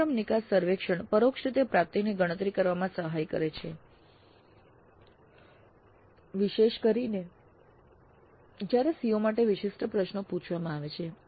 અભ્યાસક્રમ નિકાસ સર્વેક્ષણ પરોક્ષ રીતે પ્રાપ્તિની ગણતરી કરવામાં સહાય કરે છે વિશેષ કરીને જ્યારે COs માટે વિશિષ્ટ પ્રશ્નો પૂછવામાં આવે છે